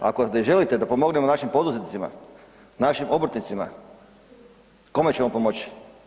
Ako ne želite da pomognemo našim poduzetnicima, našim obrtnicima kome ćemo pomoć?